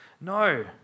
No